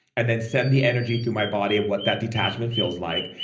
and then send the energy through my body of what that detachment feels like.